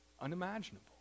unimaginable